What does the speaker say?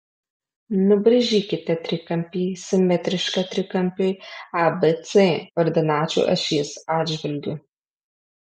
nubraižykite trikampį simetrišką trikampiui abc ordinačių ašies atžvilgiu